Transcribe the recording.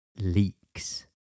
leaks